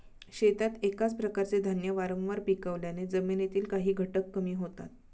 शेतात एकाच प्रकारचे धान्य वारंवार पिकवल्याने जमिनीतील काही घटक कमी होतात